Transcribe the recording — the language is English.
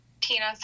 Tina